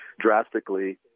drastically